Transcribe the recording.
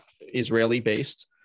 Israeli-based